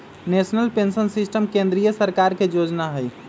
national pension system केंद्रीय सरकार के जोजना हइ